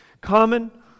common